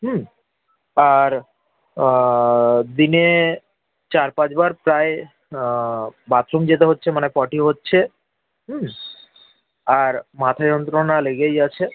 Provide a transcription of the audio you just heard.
হুম আর দিনে চার পাঁচ বার প্রায় বাথরুম যেতে হচ্ছে মানে পটি হচ্ছে হুম আর মাথা যন্ত্রণা লেগেই আছে